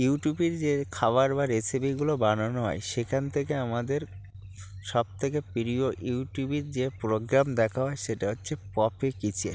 ইউটিউবের যে খাবার বা রেসিপিগুলো বানানো হয় সেখান থেকে আমাদের সবথেকে প্রিয় ইউটিউবের যে প্রোগ্রাম দেখা হয় সেটা হচ্ছে পপি কিচেন